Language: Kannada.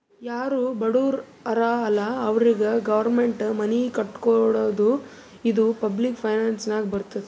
ಯಾರು ಬಡುರ್ ಹರಾ ಅಲ್ಲ ಅವ್ರಿಗ ಗೌರ್ಮೆಂಟ್ ಮನಿ ಕಟ್ಕೊಡ್ತುದ್ ಇದು ಪಬ್ಲಿಕ್ ಫೈನಾನ್ಸ್ ನಾಗೆ ಬರ್ತುದ್